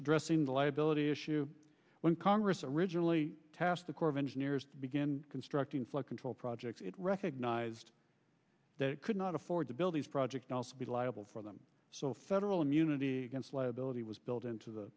addressing the liability issue when congress originally task the corps of engineers to begin constructing flood control project it recognized that it could not afford to build these projects and also be liable for them so federal immunity against liability was built into the